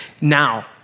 Now